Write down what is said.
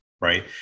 right